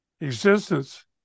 existence